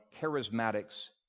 charismatics